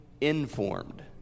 informed